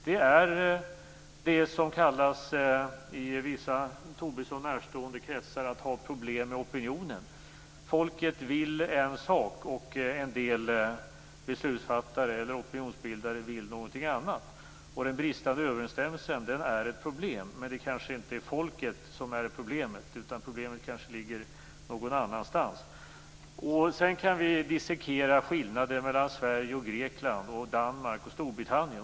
Det är det som i vissa Tobisson närstående kretsar kallas för att ha problem med opinionen. Folket vill en sak och en del beslutsfattare vill någonting annat. Den bristande överensstämmelsen är ett problem, men det är kanske inte folket som är problemet, utan problemet kan ligga någon annanstans. Sedan kan vi dissekera skillnader mellan Sverige och Grekland, Danmark och Storbritannien.